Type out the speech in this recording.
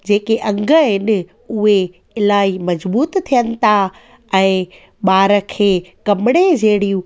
जेके अंग आहिनि उहे इलाहीं मजबूत थियनि था ऐं ॿार खे कमड़े जहिड़ियूं